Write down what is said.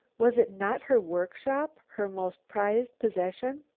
was it not her work-shop, her most prized possession?